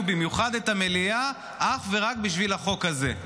במיוחד את המליאה אך ורק בשביל החוק הזה.